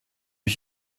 ich